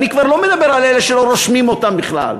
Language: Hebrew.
ואני כבר לא מדבר על אלה שלא רושמים אותם בכלל,